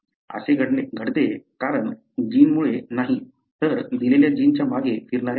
असे घडते कारण जीनमुळे नाही तर दिलेल्या जीनच्या मागे फिरणाऱ्या रिपीटमुळे